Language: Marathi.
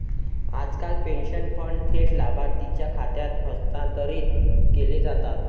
आजकाल पेन्शन फंड थेट लाभार्थीच्या खात्यात हस्तांतरित केले जातात